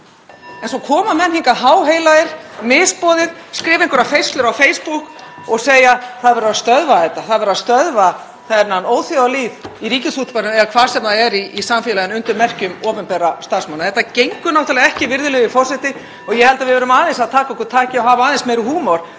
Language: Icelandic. En svo koma menn hingað, háheilagir, og er misboðið, skrifa einhverjar færslur á Facebook og segja: Það verður að stöðva þetta, það verður að stöðva þennan óþjóðalýð í Ríkisútvarpinu eða hvar sem er í samfélaginu undir merkjum opinberra starfsmanna. (Forseti hringir.) Þetta gengur náttúrlega ekki, virðulegi forseti, og ég held að við verðum aðeins að taka okkur taki og hafa aðeins meiri húmor